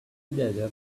desert